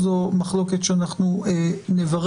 זו מחלוקת שאנחנו נברר.